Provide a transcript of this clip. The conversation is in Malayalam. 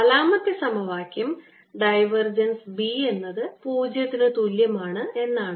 നാലാമത്തെ സമവാക്യം ഡൈവർജൻസ് B എന്നത് പൂജ്യത്തിന് തുല്യമാണ് എന്നാണ്